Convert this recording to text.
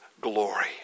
glory